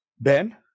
Ben